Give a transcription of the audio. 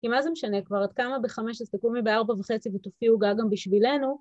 כי מה זה משנה כבר, את קמה בחמש אז תקומי בארבע וחצי ותאפי עוגה גם בשבילנו.